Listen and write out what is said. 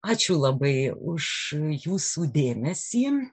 ačiū labai už jūsų dėmesį